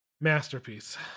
Masterpiece